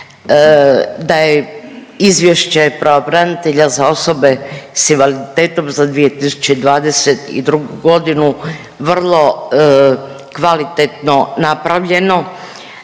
da je Izvješće pravobranitelja za osobe s invaliditetom za 2022. vrlo kvalitetno napravljeno,